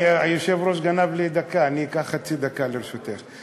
היושב-ראש גנב לי דקה, אני אקח חצי דקה, ברשותך.